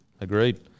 Agreed